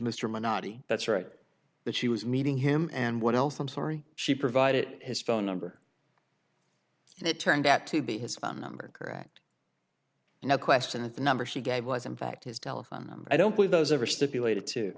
mr menotti that's right that she was meeting him and what else i'm sorry she provided his phone number and it turned out to be his phone number correct no question and the number she gave was in fact his telephone i don't believe those are stipulated to